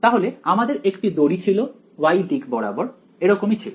তাহলে আমাদের একটি দড়ি ছিল y দিক বরাবর এরকমই ছিল